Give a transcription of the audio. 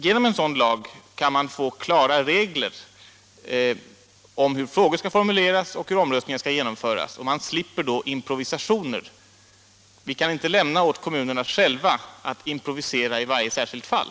Genom en sådan lag kan man få klara regler om hur frågor skall formuleras och omröstningar genomföras. Vi kan inte lämna åt kommunerna att själva improvisera i varje särskilt fall.